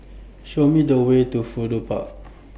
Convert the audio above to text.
Show Me The Way to Fudu Park